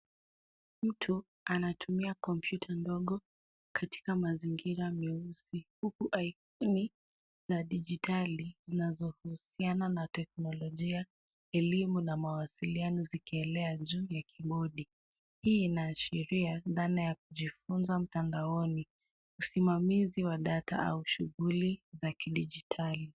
Mtu anatumia kompyuta ndogo katika mazingira meusi. Huku ikoni za dijitali zinazohusiana na teknolojia, elimu na mawasiliano zikielea juu ya kibodi. Hii inaashiria dhana ya kujifunza mtandaoni, usimamizi wa data au shughuli za kidijitali.